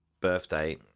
birthday